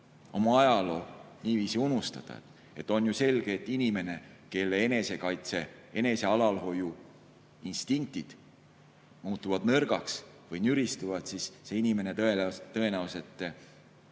oma ajaloo niiviisi unustada. On ju selge, et inimene, kelle enesekaitse, enesealalhoiuinstinkt muutub nõrgaks või nüristub, see inimene tõenäoliselt